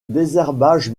désherbage